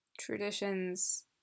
traditions